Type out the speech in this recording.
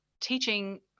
teaching